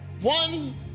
One